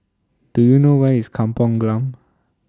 Do YOU know Where IS Kampong Glam